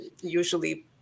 usually